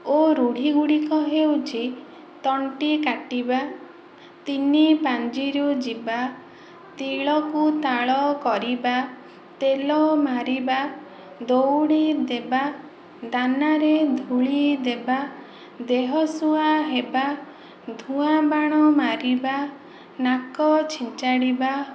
ଓ ରୂଢ଼ି ଗୁଡ଼ିକ ହେଉଛି ତଣ୍ଟି କାଟିବା ତିନି ପାଞ୍ଜିରୁ ଯିବା ତିଳକୁ ତାଳ କରିବା ତେଲ ମାରିବା ଦଉଡ଼ି ଦେବା ଦାନାରେ ଧୂଳି ଦେବା ଦେହସୁଆ ହେବା ଧୂଆଁ ବାଣ ମାରିବା ନାକ ଛିଞ୍ଚାଡ଼ିବା